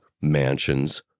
mansions